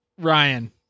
Ryan